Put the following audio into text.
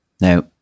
Now